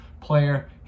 player